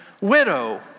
widow